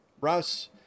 Russ